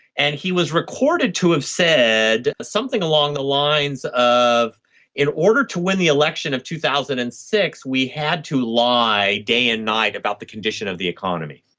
and he was recorded to have said something along the lines of in order to win the election of two thousand and six we had to lie day and night about the condition of the economy.